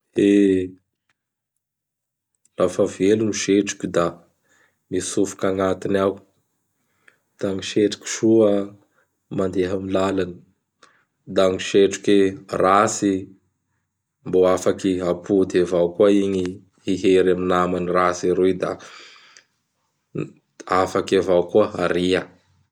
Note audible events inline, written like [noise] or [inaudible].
E! [noise] Lafa velogny setroky da mitsofoky agnatiny ao. Da gny setroky soa mandeha amin'gny lalany. Da gny setroky ratsy mbô afaky apody avao koa iñy [noise] hihery amin'gny namany ratsy aroy da [noise] afaky avao ko aria.